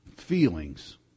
feelings